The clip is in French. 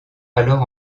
alors